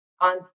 on